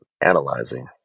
analyzing